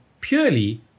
purely